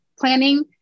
planning